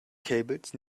cables